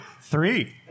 Three